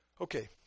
Okay